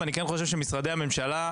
אני חושב שמשרדי הממשלה,